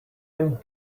him